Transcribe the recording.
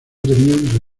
tenían